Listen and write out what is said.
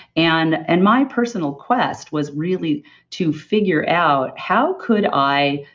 and and my personal quest was really to figure out how could i